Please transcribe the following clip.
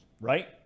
right